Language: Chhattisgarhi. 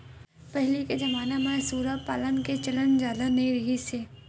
पहिली के जमाना म सूरा पालन के चलन जादा नइ रिहिस हे